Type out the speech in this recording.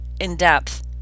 in-depth